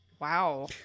Wow